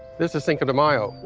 this is cinco de mayo.